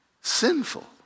sinful